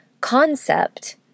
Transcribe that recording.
concept